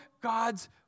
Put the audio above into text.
God's